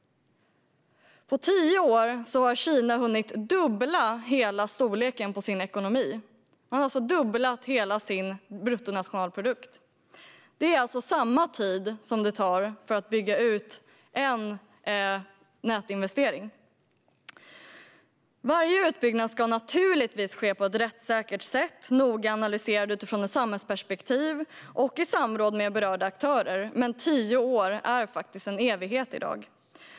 På tio år har Kina hunnit dubbla hela storleken på sin ekonomi. Man har alltså dubblat hela sin bruttonationalprodukt. Det är samma tid som det tar att bygga ut en nätinvestering. Varje utbyggnad ska naturligtvis ske på ett rättssäkert sätt, noga analyserad utifrån ett samhällsperspektiv och i samråd med berörda aktörer. Men tio år är faktiskt en evighet i dag.